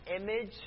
image